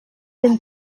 been